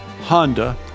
Honda